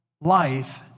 life